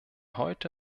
heute